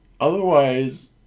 otherwise